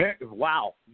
Wow